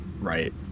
right